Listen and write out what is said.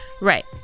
Right